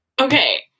Okay